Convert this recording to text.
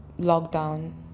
lockdown